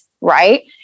right